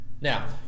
Now